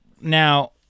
Now